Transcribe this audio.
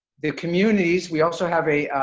the communities, we also have a